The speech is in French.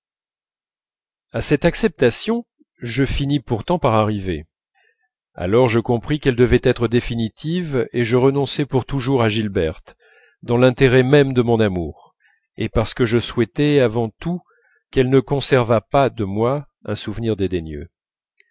à cette acceptation je finis pourtant par arriver alors je compris qu'elle devait être définitive et je renonçai pour toujours à gilberte dans l'intérêt même de mon amour et parce que je souhaitais avant tout qu'elle ne conservât pas de moi un souvenir